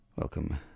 Welcome